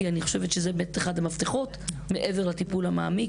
אני חושבת שזה באמת אחד המפתחות מעבר לטיפול המעמיק.